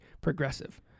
progressive